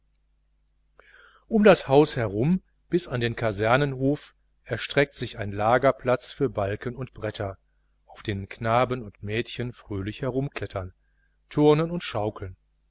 um das haus herum bis an den kasernenhof erstreckt sich ein lagerplatz für balken und bretter auf denen knaben und mädchen fröhlich herumklettern turnen und schaukeln